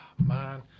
man